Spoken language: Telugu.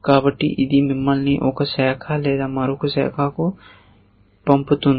కాబట్టి ఇది మిమ్మల్ని ఒక శాఖ లేదా మరొక శాఖకు పంపుతుంది